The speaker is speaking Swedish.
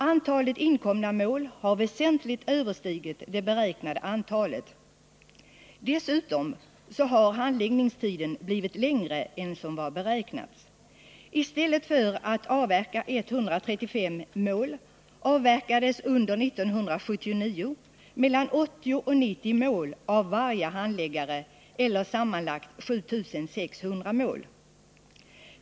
Antalet inkomna mål har väsentligt överstigit det beräknade antalet. Dessutom har handläggningstiden blivit längre än vad som beräknades. I stället för att avverka 135 mål avverkades under 1979 mellan 80 och 90 mål av varje handläggare, sammanlagt 7 600 mål.